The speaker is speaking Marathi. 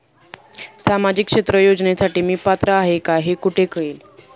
सामाजिक क्षेत्र योजनेसाठी मी पात्र आहे का हे कुठे कळेल?